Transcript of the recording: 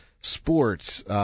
sports